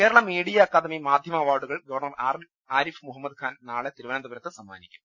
Kerala media academy മാധ്യമ അവാർഡുകൾ governor Arif Muhammad Khan നാളെ തിരുവനന്തപുരത്ത് സമ്മാനിക്കും